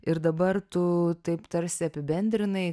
ir dabar tu taip tarsi apibendrinai